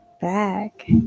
back